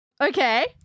Okay